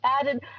added